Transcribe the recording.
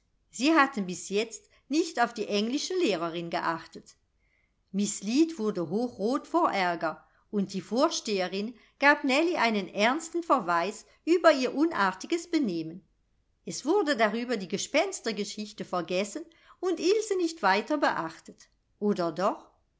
sie hatten bis jetzt nicht auf die englische lehrerin geachtet miß lead wurde hochrot vor aerger und die vorsteherin gab nellie einen ernsten verweis über ihr unartiges benehmen es wurde darüber die gespenstergeschichte vergessen und ilse nicht weiter beachtet oder doch